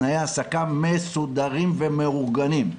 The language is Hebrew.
תנאי העסקה מסודרים ומאורגנים,